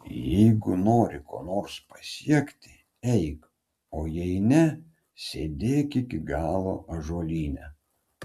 jeigu nori ko nors pasiekti eik o jei ne sėdėk iki galo ąžuolyne